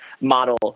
model